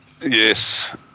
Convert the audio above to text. Yes